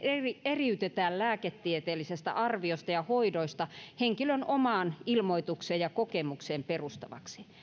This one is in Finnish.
eriytetään lääketieteellisestä arviosta ja hoidoista henkilön omaan ilmoitukseen ja kokemukseen perustuvaksi